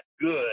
good